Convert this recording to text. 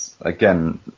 again